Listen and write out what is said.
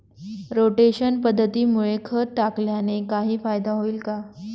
Rotation पद्धतीमुळे खत टाकल्याने काही फायदा होईल का?